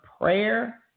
Prayer